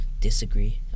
disagree